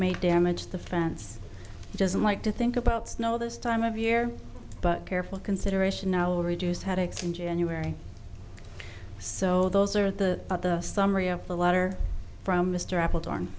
may damage the fence he doesn't like to think about snow this time of year but careful consideration now will reduce headaches in january so those are the summary of the letter from mr ap darn